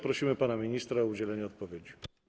Prosimy pana ministra o udzielenie odpowiedzi.